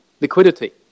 liquidity